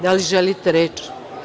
Da li želite reč?